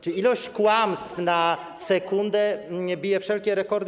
czy ilość kłamstw na sekundę bije wszelkie rekordy.